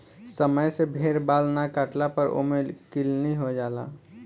समय से भेड़ बाल ना काटला पर ओमे किलनी हो जाला